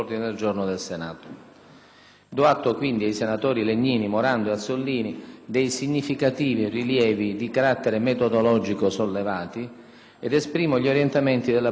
Do atto quindi ai senatori Legnini, Morando e Azzollini dei significativi rilievi di carattere metodologico sollevati, ed esprimo gli orientamenti della Presidenza al riguardo.